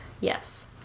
Yes